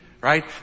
right